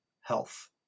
health